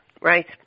right